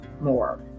more